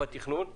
בתכנון,